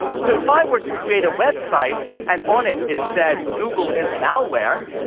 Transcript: so if i were to create a website and on it it said google is malware,